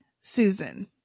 susan